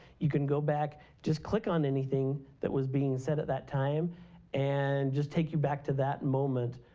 you can go back, just click on anything that was being said at that time and just take you back to that moment.